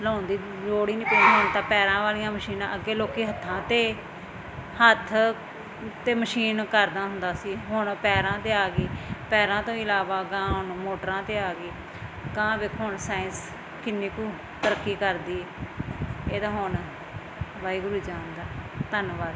ਲਾਉਣ ਦੀ ਲੋੜ ਹੀ ਨਹੀਂ ਪੈਂਦੀ ਹੁਣ ਤਾਂ ਪੈਰਾਂ ਵਾਲੀਆਂ ਮਸ਼ੀਨਾਂ ਅੱਗੇ ਲੋਕ ਹੱਥਾਂ 'ਤੇ ਹੱਥ 'ਤੇ ਮਸ਼ੀਨ ਕਰਦਾ ਹੁੰਦਾ ਸੀ ਹੁਣ ਪੈਰਾਂ 'ਤੇ ਆ ਗਈ ਪੈਰਾਂ ਤੋਂ ਇਲਾਵਾ ਗਾਹ ਹੁਣ ਮੋਟਰਾਂ 'ਤੇ ਆ ਗਈ ਗਾਹ ਵੇਖੋ ਹੁਣ ਸਾਇੰਸ ਕਿੰਨੀ ਕੁ ਤਰੱਕੀ ਕਰਦੀ ਹੈ ਇਹ ਦਾ ਹੁਣ ਵਾਹਿਗੁਰੂ ਹੀ ਜਾਣਦਾ ਧੰਨਵਾਦ